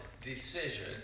decision